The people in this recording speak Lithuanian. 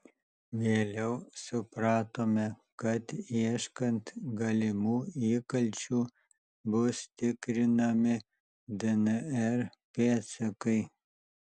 vėliau supratome kad ieškant galimų įkalčių bus tikrinami dnr pėdsakai